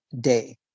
day